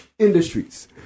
Industries